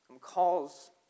calls